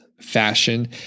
fashion